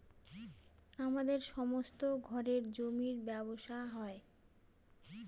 আমাদের সমস্ত ঘরে জমির ব্যবসা হয়